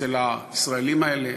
אצל הישראלים האלה,